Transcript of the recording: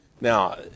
Now